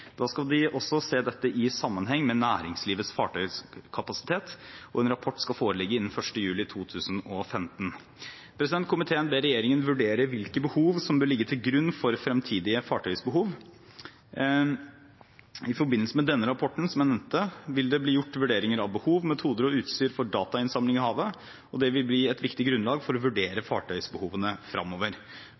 Da skal de også se dette i sammenheng med næringslivets fartøyskapasitet, og en rapport skal foreligge innen 1. juli 2015. Komiteen ber regjeringen vurdere hvilke behov som bør ligge til grunn for fremtidige fartøysbehov. I forbindelse med den rapporten jeg nevnte, vil det bli gjort vurderinger av behov, metoder og utstyr for datainnsamling i havet. Det vil bli et viktig grunnlag for å vurdere fartøysbehovene